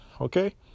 okay